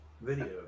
video